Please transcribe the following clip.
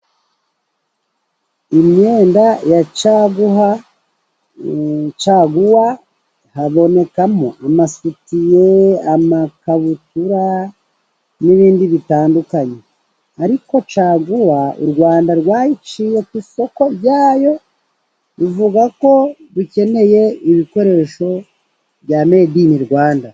Imyenda ya caguwa, caguwa habonekamo amasutiye, amakabutura n'ibindi bitandukanye ariko caguwa u Rwanda rwayiciye ku isoko ryayo ruvuga ko dukeneye ibikoresho bya medi ini Rwanda.